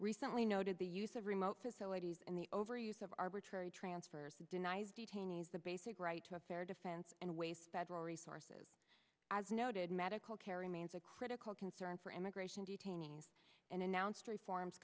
recently noted the use of remote facilities and the overuse of arbitrary transfers denies detainees the basic right to a fair defense and wastes federal resources as noted medical care remains a critical concern for immigration detainees and announced reforms